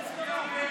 יש הסכמה.